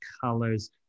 colors